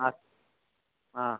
हाँ हाँ